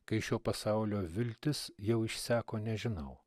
kai šio pasaulio viltis jau išseko nežinau